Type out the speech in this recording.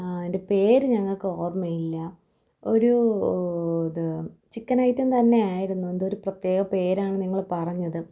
അതിൻ്റെ പേർ ഞങ്ങൾക്ക് ഓർമ്മയില്ല ഒരൂ ത് ചിക്കൻ ഐറ്റം തന്നെ ആയിരുന്നു എന്തോ ഒരു പ്രത്യേക പേരാണ് നിങ്ങൾ പറഞ്ഞത്